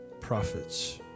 prophets